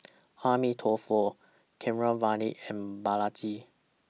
Amitabh Keeravani and Balaji